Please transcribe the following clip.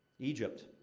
egypt.